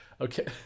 okay